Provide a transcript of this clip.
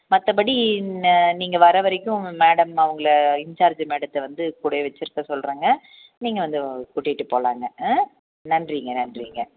மற்ற படி இன் நீங்கள் வர வரைக்கும் மேடம் அவங்கள இன்சார்ஜ் மேடத்தை வந்து கூடவே வச்சுருக்க சொல்கிறேங்க நீங்கள் வந்து கூட்டிகிட்டு போகலாங்க ஆ நன்றிங்க நன்றிங்க